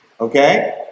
Okay